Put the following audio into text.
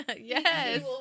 Yes